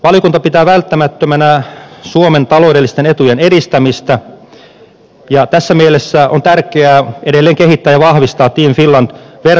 valiokunta pitää välttämättömänä suomen taloudellisten etujen edistämistä ja tässä mielessä on tärkeää edelleen kehittää ja vahvistaa team finland verkostoa